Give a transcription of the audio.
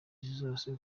zose